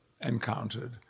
encountered